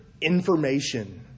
information